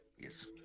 Yes